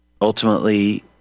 ultimately